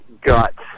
guts